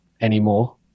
anymore